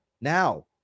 Now